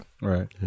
right